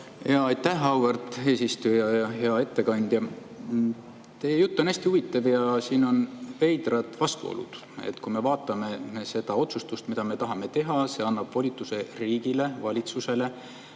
palun! Aitäh, auväärt eesistuja! Hea ettekandja! Teie jutt on hästi huvitav ja siin on veidrad vastuolud. Kui me vaatame seda otsustust, mida me tahame teha, see annab volituse riigile, valitsusele,